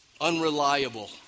unreliable